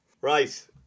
Right